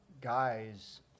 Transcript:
guys